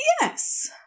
Yes